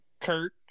kurt